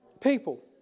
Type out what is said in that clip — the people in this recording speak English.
people